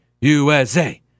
USA